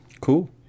Cool